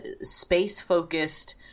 space-focused